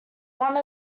one